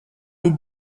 les